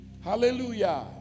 Hallelujah